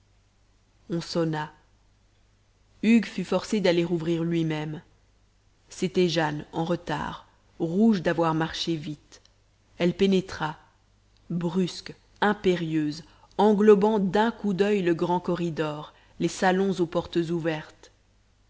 on sonna hugues fut forcé d'aller ouvrir lui-même c'était jane en retard rouge d'avoir marché vite elle pénétra brusque impérieuse engloba d'un coup d'oeil le grand corridor les salons aux portes ouvertes